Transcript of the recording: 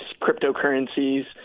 cryptocurrencies